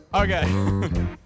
Okay